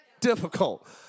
difficult